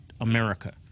America